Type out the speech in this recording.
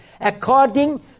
according